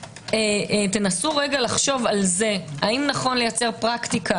תנסו לחשוב על זה האם נכון לייצר פרקטיקה